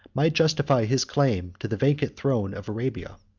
might justify his claim to the vacant throne of arabia.